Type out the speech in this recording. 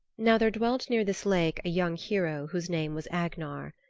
now there dwelt near this lake a young hero whose name was agnar.